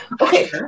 Okay